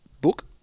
book